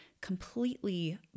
completely